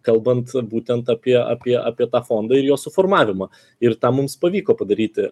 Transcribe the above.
kalbant būtent apie apie apie tą fondą ir jo suformavimą ir tą mums pavyko padaryti